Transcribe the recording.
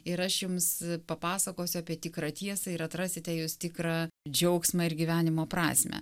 ir aš jums papasakosiu apie tikrą tiesą ir atrasite jūs tikrą džiaugsmą ir gyvenimo prasmę